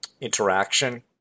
interaction